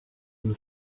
une